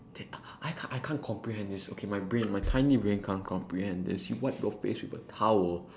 da~ I I I can't I can't comprehend this okay my brain my tiny brain can't comprehend this you wipe your face with a towel